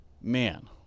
man